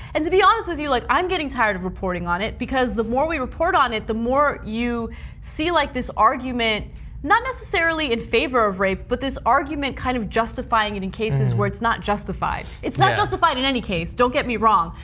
and to be honest with you, like i'm getting tired of reporting on it, because the more we report on it, the more you see like this argument not necessarily in favor of rape, but this argument kind of justifying it in cases where it's not justified. it's not justified in any case, don't get me wrong.